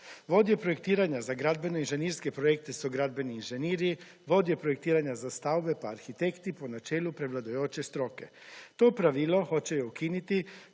Vodja projektiranja za gradbene inženirske projekte so gradbeni inženirji, vodja projektiranja za stavbe pa arhitekti po načelu prevladujoče stroke. To pravilo hočejo ukiniti,